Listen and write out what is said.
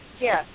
Yes